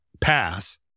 pass